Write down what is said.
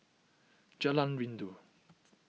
Jalan Rindu